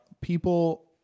People